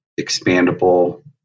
expandable